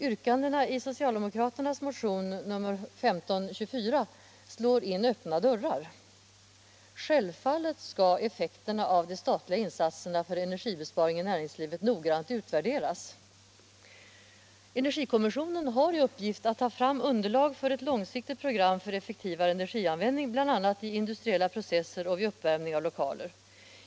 Yrkandena i socialdemokraternas motion 1524 slår in öppna dörrar. Självfallet skall effekterna av de statliga insatserna för energibesparing i näringslivet noggrant utvärderas. Energikommissionen har i uppgift att ta fram underlag för ett långsiktigt program för effektivare energianvändning bl.a. i industriella processer och vid uppvärmning av lokaler.